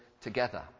together